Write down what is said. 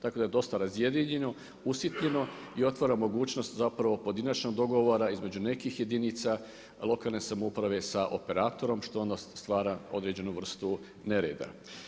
Tako da je dosta razjedinjeno, usitnjeno i otvara mogućnost zapravo pojedinačnog dogovora između nekih jedinica lokalne samouprave sa operatorom što onda stvara određenu vrstu nereda.